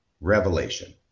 revelation